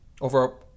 over